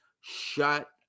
shut